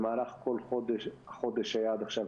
במהלך כל החודש שהיה עכשיו,